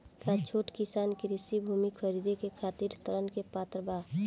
का छोट किसान कृषि भूमि खरीदे के खातिर ऋण के पात्र बा?